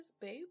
Babe